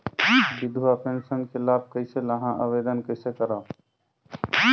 विधवा पेंशन के लाभ कइसे लहां? आवेदन कइसे करव?